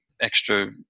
extra